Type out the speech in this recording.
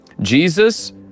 Jesus